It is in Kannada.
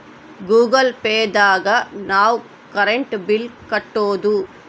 ಗೂಗಲ್ ಪೇ ದಾಗ ನಾವ್ ಕರೆಂಟ್ ಬಿಲ್ ಕಟ್ಟೋದು